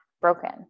broken